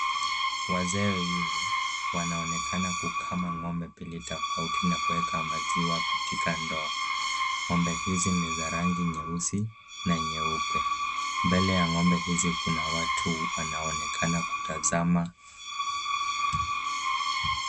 Wazee wawili wanaonekana kukama ng'ombe wawili tofauti na kuweka maziwa katika ndoo. Ng'ombe hizi ni za rangi nyeusi na nyeupe. Mbele ya ng'ombe hizi kuna watu wanaoonekana kutazama.